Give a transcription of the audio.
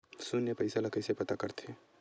शून्य पईसा ला कइसे पता करथे?